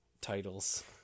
titles